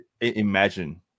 imagine